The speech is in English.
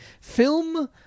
film